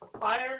fire